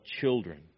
children